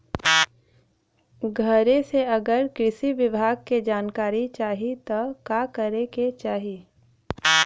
घरे से अगर कृषि विभाग के जानकारी चाहीत का करे के चाही?